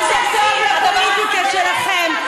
כי זה טוב לפוליטיקה שלכם,